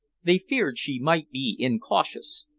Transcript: they feared she might be incautious,